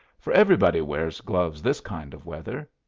for everybody wears gloves this kind of weather.